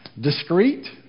Discreet